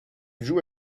joue